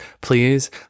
please